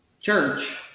church